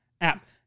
app